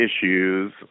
issues